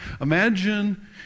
Imagine